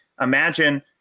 Imagine